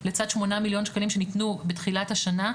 לצד שמונה מיליון שקלים שניתנו בתחילת השנה,